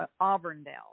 Auburndale